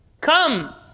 Come